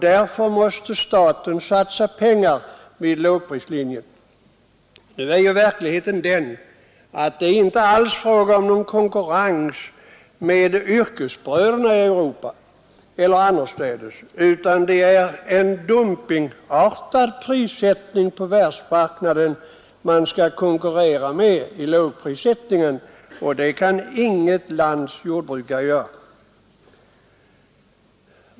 Därför måste staten satsa pengar vid lågprislinjen. Nu är verkligheten den att det inte alls är fråga om någon konkurrens med yrkesbröderna i Europa eller annorstädes, utan man skall vid lågprislinjen konkurrera med en dumpingartad prissättning på världsmarknaden. Det kan inget lands jordbrukare göra.